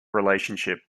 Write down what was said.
relationship